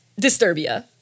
Disturbia